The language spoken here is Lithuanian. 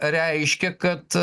reiškia kad